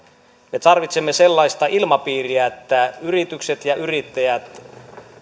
me tarvitsemme sellaista ilmapiiriä että yritykset ja yrittäjät